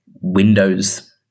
Windows